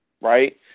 right